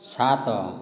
ସାତ